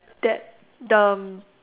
that the